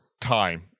time